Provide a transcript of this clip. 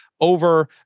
over